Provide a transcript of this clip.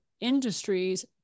industries